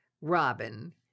Robin